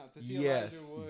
yes